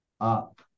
up